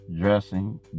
dressing